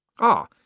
Ah